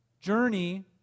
journey